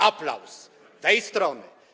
Aplauz tej strony.